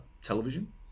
television